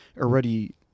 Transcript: already